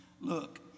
Look